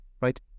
right